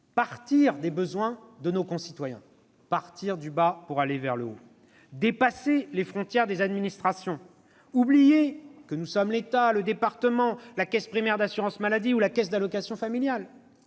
partir des besoins de nos concitoyens, dépasser les frontières des administrations, oublier que nous sommes l'État, le département, la Caisse primaire d'assurance maladie ou la Caisse d'allocations familiales.